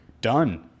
Done